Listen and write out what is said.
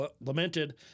lamented